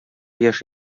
яшь